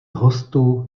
hostů